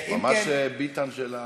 ממש ביטן של האופוזיציה.